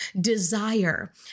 desire